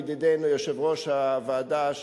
לידידנו יושב-ראש הוועדה,